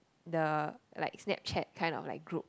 the like Snapchat kind of like group